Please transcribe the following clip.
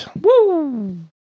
Woo